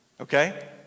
Okay